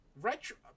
retro